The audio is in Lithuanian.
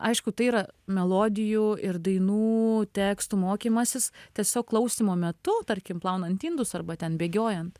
aišku tai yra melodijų ir dainų tekstų mokymasis tiesiog klausymo metu tarkim plaunant indus arba ten bėgiojant